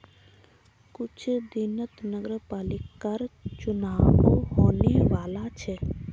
कुछू दिनत नगरपालिकर चुनाव होने वाला छ